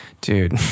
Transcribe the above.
dude